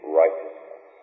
righteousness